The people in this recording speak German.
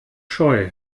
scheu